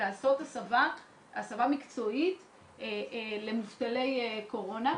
לעשות הסבה מקצועית למובטלי קורונה.